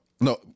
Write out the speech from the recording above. No